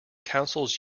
councils